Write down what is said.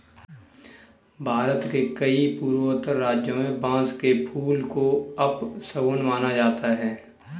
भारत के कई पूर्वोत्तर राज्यों में बांस के फूल को अपशगुन माना जाता है